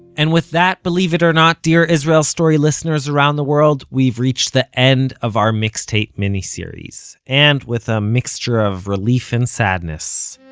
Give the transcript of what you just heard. and with that, believe it or not, dear israel story listeners around the world, we've reached the end of our mixtape miniseries, and with a mixture of relief and sadness,